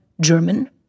German